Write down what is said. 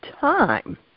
time